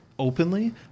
Openly